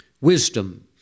wisdom